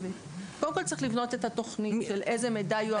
קודם כל צריך לבנות את התוכנית של איזה מידע יועבר.